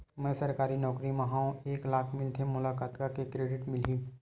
मैं सरकारी नौकरी मा हाव एक लाख मिलथे मोला कतका के क्रेडिट मिलही?